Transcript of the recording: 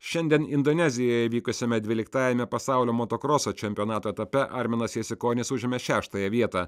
šiandien indonezijoje vykusiame dvyliktajame pasaulio motokroso čempionato etape arminas jasikonis užėmė šeštąją vietą